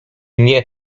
nie